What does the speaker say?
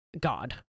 God